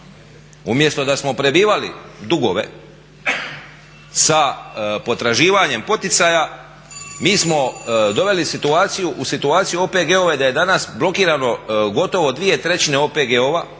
Umjesto da smo prebivali dugove sa potraživanjem poticaja mi smo doveli situaciju u situaciju OPG-ove da je danas blokirano gotovo dvije trećine OPG-ova,